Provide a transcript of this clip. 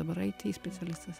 dabar ai ti specialistas